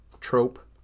trope